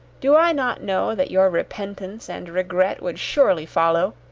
do i not know that your repentance and regret would surely follow?